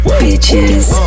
bitches